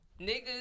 Niggas